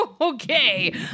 Okay